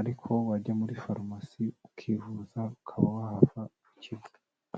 ariko wajya muri farumasi ukivuza ukaba wahava ukize.